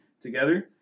together